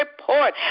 report